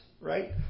right